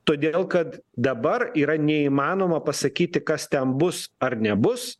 todėl kad dabar yra neįmanoma pasakyti kas ten bus ar nebus